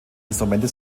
instrumente